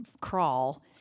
crawl